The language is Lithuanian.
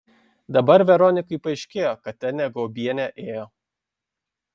dabar veronikai paaiškėjo kad ten ne guobienė ėjo